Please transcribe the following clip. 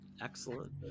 excellent